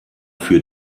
für